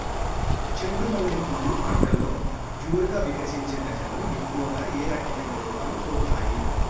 చెండు మల్లె పూలు పంటలో జోరుగా వికసించే దశలో ఎక్కువగా ఏ రకమైన రోగాలు సోకుతాయి?